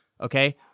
okay